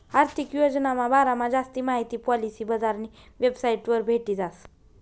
आर्थिक योजनाना बारामा जास्ती माहिती पॉलिसी बजारनी वेबसाइटवर भेटी जास